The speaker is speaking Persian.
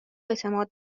اعتماد